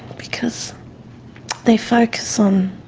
because they focus on